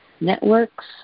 networks